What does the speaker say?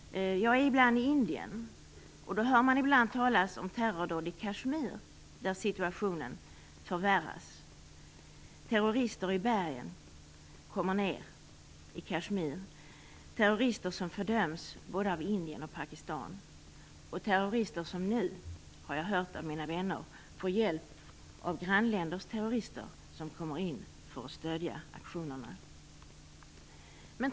Jag är ibland i Indien och har där hört talas om terrordåd i Kashmir, där situationen förvärras. Terrorister kommer ner från bergen i Kashmir. Det är terrorister som fördöms av både Indien och Pakistan, och det terrorister - har jag hört av mina vänner - som nu får hjälp av grannländers terrorister som kommer in för att stödja aktionerna.